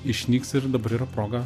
išnyks ir dabar yra proga